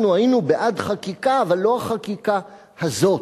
אנחנו היינו בעד חקיקה, אבל לא החקיקה הזאת.